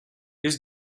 his